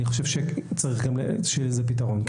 אני חושב שצריך שיהיה לזה פתרון.